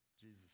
Jesus